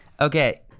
Okay